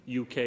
UK